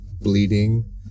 bleeding